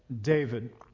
David